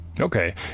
Okay